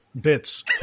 bits